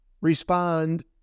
respond